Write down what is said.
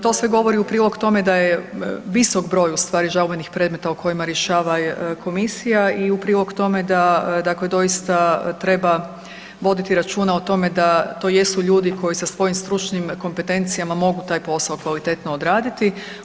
To sve govori u prilog tome da je visok broj žalbenih predmeta o kojima rješava komisija i u prilog tome da doista treba voditi računa o tome da to jesu ljudi koji sa svojim stručnim kompetencijama mogu taj posao kvalitetno odraditi.